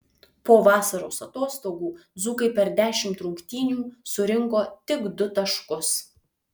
po vasaros atostogų dzūkai per dešimt rungtynių surinko tik du taškus